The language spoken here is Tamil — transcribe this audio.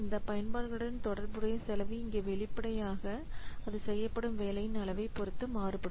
இந்த பயன்பாடுகளுடன் தொடர்புடைய செலவு இங்கே வெளிப்படையாக அது செய்யப்படும் வேலையின் அளவைப் பொறுத்து மாறுபடும்